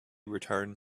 returned